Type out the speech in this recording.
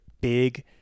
big